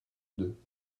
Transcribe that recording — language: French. deux